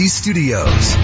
studios